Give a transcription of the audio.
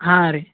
ಹಾಂ ರೀ